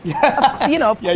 yeah. you know, yeah